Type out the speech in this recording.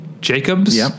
jacobs